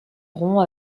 rond